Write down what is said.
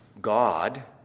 God